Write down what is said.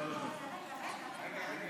יש עוד שאלה.